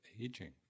aging